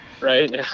Right